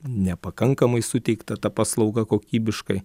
nepakankamai suteikta ta paslauga kokybiškai